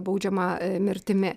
baudžiama mirtimi